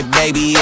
baby